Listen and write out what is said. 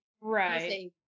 Right